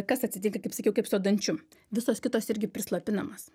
kas atsitinka kaip sakiau kaip su dančiu visos kitos irgi prislopinamos